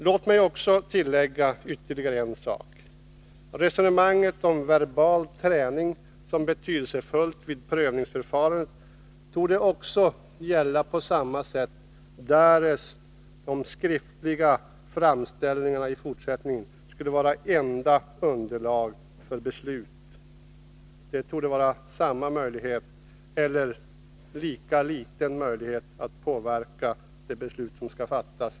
Låt mig tillägga en sak. Resonemanget om verbal träning som betydelsefull vid prövningsförfarandet borde gälla på motsvarande sätt, därest skriftliga framställningar i fortsättningen skulle vara det enda underlaget för beslut. Det torde därvid vara samma möjlighet eller lika liten möjlighet att påverka det beslut som skall fattas.